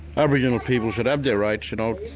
aboriginal people should have their rights, you know,